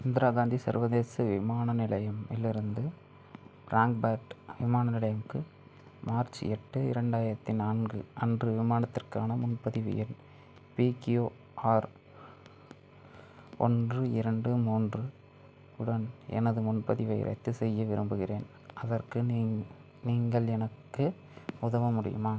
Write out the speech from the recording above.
இந்திரா காந்தி சர்வதேச விமான நிலையம் இலிருந்து ப்ராங்பேர்ட் விமான நிலையம்க்கு மார்ச் எட்டு இரண்டாயிரத்தி நான்கு அன்று விமானத்திற்கான முன்பதிவு எண் பிகியுஆர் ஒன்று இரண்டு மூன்று உடன் எனது முன்பதிவை ரத்து செய்ய விரும்புகிறேன் அதற்கு நீங் நீங்கள் எனக்கு உதவ முடியுமா